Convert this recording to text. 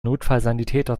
notfallsanitäter